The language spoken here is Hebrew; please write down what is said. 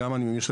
אני מניח,